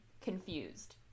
confused